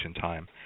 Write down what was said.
time